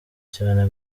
cyane